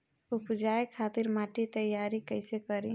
उपजाये खातिर माटी तैयारी कइसे करी?